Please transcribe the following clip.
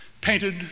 painted